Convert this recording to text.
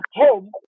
home